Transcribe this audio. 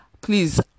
please